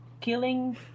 killing